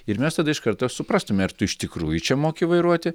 ir mes tada iš karto suprastumėme ar tu iš tikrųjų čia moki vairuoti